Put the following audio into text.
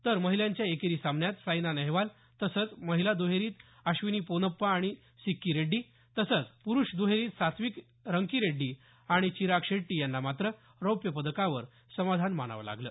तर महिलांच्या एकेरी सामन्यात साईना नेहवाल तसंच महिला दहेरीत अश्विनी पोनप्पा आणि सिक्की रेड्डी तसंच प्रुष दहेरीत सात्विक रंकीरेड्डी आणि चिराग शेट्टी यांना मात्र रौप्य पदकावर समाधान मानावं लागलं